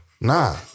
Nah